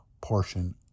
portion